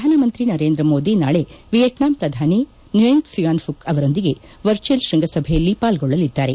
ಪ್ರಧಾನಮಂತ್ರಿ ನರೇಂದ್ರ ಮೋದಿ ನಾಳೆ ವಿಯಟ್ನಾಂ ಪ್ರಧಾನಿ ನುಯೆನ್ ಕ್ಪುಯಾನ್ ಫುಕ್ ಅವರೊಂದಿಗೆ ವರ್ಚುಯಲ್ ಶ್ವಂಗ ಸಭೆಯಲ್ಲಿ ಪಾಲ್ಗೊಳ್ಳಲಿದ್ದಾರೆ